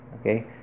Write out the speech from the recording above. okay